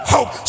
hope